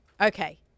Okay